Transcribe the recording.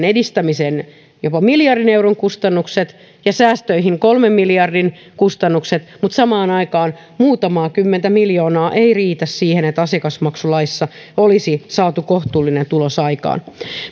edistämiseen jopa miljardin euron kustannukset ja säästöihin kolmen miljardin kustannukset mutta samaan aikaan muutamaa kymmentä miljoonaa ei riitä siihen että asiakasmaksulaissa olisi saatu kohtuullinen tulos aikaan